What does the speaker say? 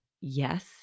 yes